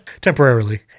temporarily